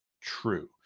true